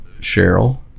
Cheryl